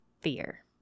fear